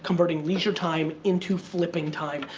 converting leisure time into flipping time,